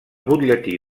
butlletí